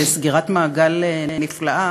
בסגירת מעגל נפלאה,